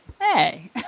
hey